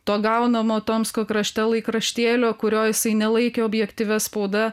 to gaunamo tomsko krašte laikraštėlio kurio jisai nelaikė objektyvia spauda